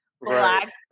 black